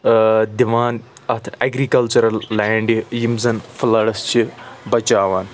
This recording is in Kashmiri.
دِوان اَتھ ایٚگریکلچرل لینٛڈ یم زن فُلڈس چھِ بچاوان